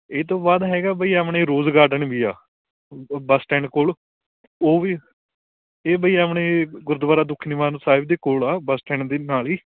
ਇਹ ਤੋਂ ਬਾਅਦ ਹੈਗਾ ਬਈ ਆਪਣੇ ਰੋਜ਼ ਗਾਰਡਨ ਵੀ ਆ ਉਹ ਬੱਸ ਸਟੈਂਡ ਕੋਲ ਉਹ ਵੀ ਇਹ ਬਈ ਆਪਣੇ ਗੁਰਦੁਆਰਾ ਦੁੱਖ ਨਿਵਾਰਨ ਸਾਹਿਬ ਦੇ ਕੋਲ ਆ ਬੱਸ ਸਟੈਂਡ ਦੇ ਨਾਲ ਹੀ